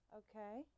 okay